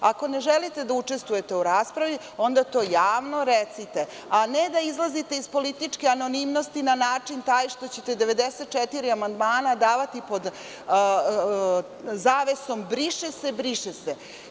Ako ne želite da učestvujete u raspravi onda to javno recite, a ne da izlazite iz političke anonimnosti na način taj što ćete 94 amandmana davati pod zavesom – briše se, briše se.